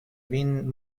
vin